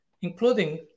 including